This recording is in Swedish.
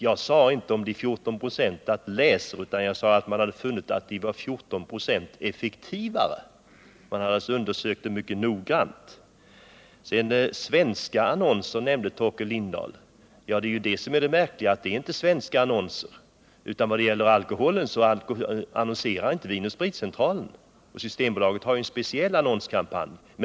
Jag sade inte att det är 14 96 fler som läser annonserna på högersidorna än som läser annonserna på vänstersidorna, utan att annonserna på högersidorna är 14 96 effektivare. Man har alltså mycket noggrant undersökt detta. Torkel Lindahl nämnde svenska annonser. Men det märkliga är ju att det inte är fråga om svenska annonser. Vin & Spritcentralen annonserar inte, och Systembolaget har ju en speciell annonskampanj.